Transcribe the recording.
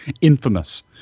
infamous